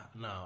no